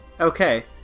Okay